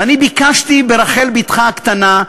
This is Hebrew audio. ואני ביקשתי ברחל בתך הקטנה,